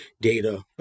data